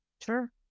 Sure